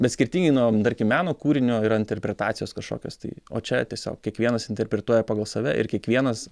bet skirtingai nuo tarkim meno kūrinio yra interpretacijos kažkokios tai o čia tiesiog kiekvienas interpretuoja pagal save ir kiekvienas